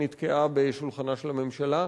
שנתקעה על שולחנה של הממשלה.